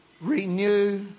renew